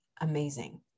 amazing